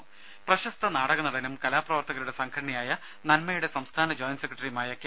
രുമ പ്രശസ്ത നാടക നടനും കലാപ്രവർത്തകരുടെ സംഘടനയായ നന്മയുടെ സംസ്ഥാന ജോയന്റ് സെക്രട്ടറിയുമായ കെ